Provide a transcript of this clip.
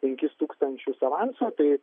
penkis tūkstančius avanso tai